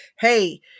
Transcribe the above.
Hey